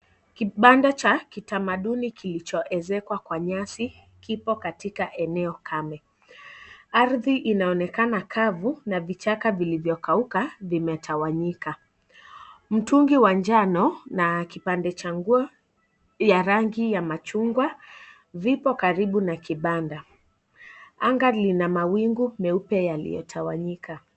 Kipanda cha kitamaduni kilichoezekwa kwa nyasi kipo katika eneo kame. Ardhi inaonekana kavu na vichaka vilivyo kauka imetawanyika. Mtungi wa njano na kipande cha nguo wa rangi ya machungwa vipo karibu na vipanda. Anga lina mawingu meupe na limetawanyika.